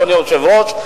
אדוני היושב-ראש,